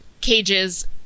cages